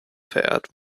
verehrt